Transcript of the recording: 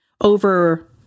over